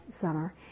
summer